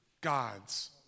God's